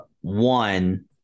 One